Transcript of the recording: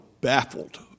baffled